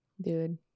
Dude